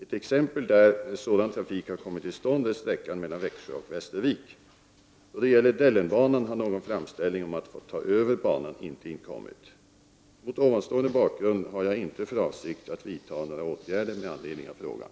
Ett exempel där sådan trafik har kommit till stånd är sträckan mellan Växjö och Västervik. Då det gäller Dellenbanan har någon framställning om att få ta över banan inte inkommit. Mot denna bakgrund har jag inte för avsikt att vidta några åtgärder med anledning av frågan.